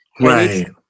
Right